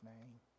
name